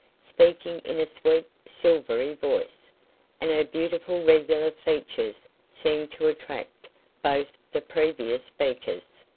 speaking in a sweet, silvery voice and her beautiful regular features seemed to attract both the previous speakers.